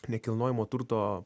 nekilnojamo turto